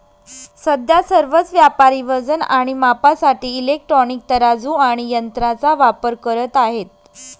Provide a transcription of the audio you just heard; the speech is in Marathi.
सध्या सर्वच व्यापारी वजन आणि मापासाठी इलेक्ट्रॉनिक तराजू आणि यंत्रांचा वापर करत आहेत